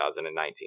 2019